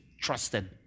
trusted